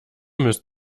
müsst